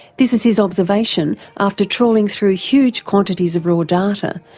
this is his observation, after trawling through huge quantities of raw data,